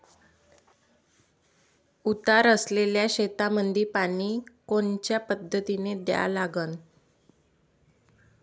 उतार असलेल्या शेतामंदी पानी कोनच्या पद्धतीने द्या लागन?